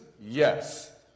yes